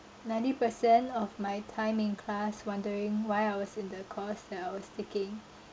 ninety percent of my time in class wondering why I was in the course that I was taking